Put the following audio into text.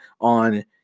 on